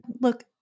Look